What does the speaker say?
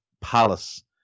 Palace